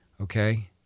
okay